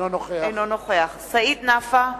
אינו נוכח סעיד נפאע,